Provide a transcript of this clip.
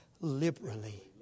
liberally